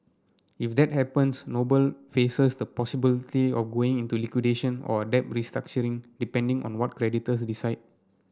if that happens Noble faces the possibility of going into liquidation or a debt restructuring depending on what creditors decide